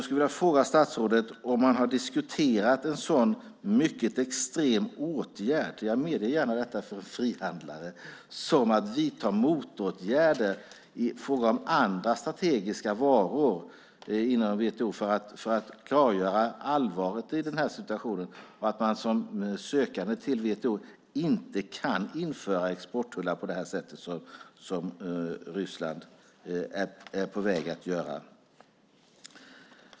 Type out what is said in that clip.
Har statsrådet diskuterat en sådan extrem åtgärd - jag medger gärna detta - för frihandlare som att vidta motåtgärder i fråga om andra strategiska varor inom WTO för att klargöra allvaret i situationen? Som sökande till WTO kan man inte införa exporttullar på det sättet som Ryssland är på väg att göra.